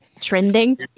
Trending